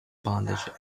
bondage